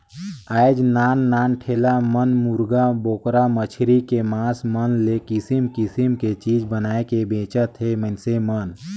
आयज नान नान ठेला मन मुरगा, बोकरा, मछरी के मास मन ले किसम किसम के चीज बनायके बेंचत हे मइनसे मन